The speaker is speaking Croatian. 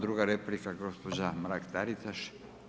Druga replika gospođa Mark-Taritaš.